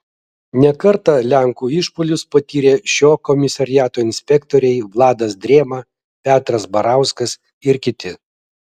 ne kartą lenkų išpuolius patyrė šio komisariato inspektoriai vladas drėma petras barauskas ir kiti